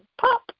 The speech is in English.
Pop